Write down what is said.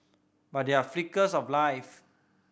but there are flickers of life